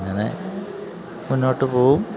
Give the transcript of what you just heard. അങ്ങനെ മുന്നോട്ടുപോകും